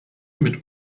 mit